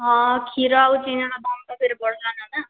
ହଁ କ୍ଷୀର ଆଉ ଚିନିର ଦାମ୍ ତ ଫିର ବଢ଼ିଲାନ ନା